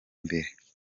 imbere